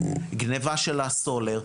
גניבה של הסולר.